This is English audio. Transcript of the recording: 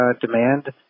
demand